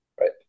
right